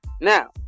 Now